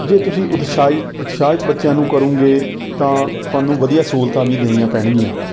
ਜੇ ਤੁਸੀਂ ਉਤਸ਼ਾਹਿਤ ਉਤਸ਼ਾਹਿਤ ਬੱਚਿਆਂ ਨੂੰ ਕਰੂੰਗੇ ਤਾਂ ਤੁਹਾਨੂੰ ਵਧੀਆ ਸਹੂਲਤਾਂ ਵੀ ਦੇਣੀਆਂ ਪੈਣਗੀਆਂ